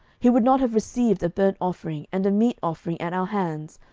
he would not have received a burnt offering and a meat offering at our hands,